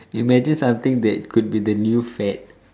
imagine something that could be the new fad